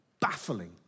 baffling